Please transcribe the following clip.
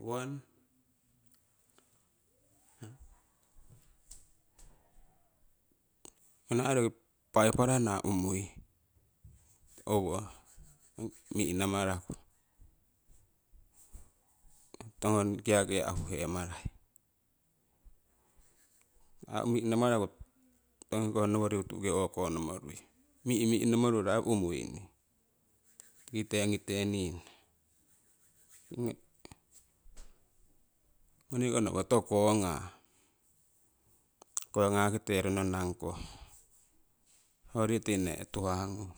One ngoni aii roki paipalana umuii owo mihnamaraku, kiakia huhemarai, mi'namaraku ongi koh noworii mihmihnomoruro umui tikite ongite nino ngonikono owokoto konga, kongakite ronnanangkoh hoyori tinee tuhahngung